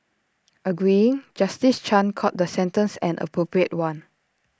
agreeing justice chan called the sentence an appropriate one